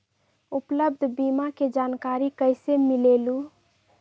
उपलब्ध बीमा के जानकारी कैसे मिलेलु?